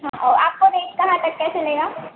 हाँ और आपको नहीं कहाँ तक के चलेगा